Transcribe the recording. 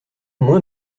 moins